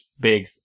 big